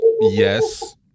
yes